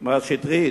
למר שטרית,